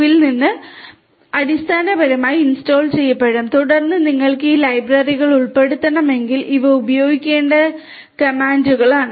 വീനിൽ നിന്ന് അടിസ്ഥാനപരമായി ഇൻസ്റ്റാൾ ചെയ്യപ്പെടും തുടർന്ന് നിങ്ങൾക്ക് ഈ ലൈബ്രറികൾ ഉൾപ്പെടുത്തണമെങ്കിൽ ഇവ ഉപയോഗിക്കേണ്ട കമാൻഡുകളാണ്